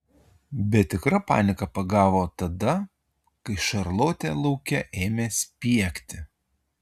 bet tikra panika pagavo tada kai šarlotė lauke ėmė spiegti